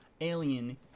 Alien